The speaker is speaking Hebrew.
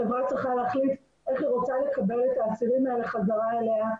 החברה צריכה להחליט איך היא רוצה לקבל את האסירים האלה חזרה אליה,